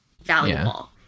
valuable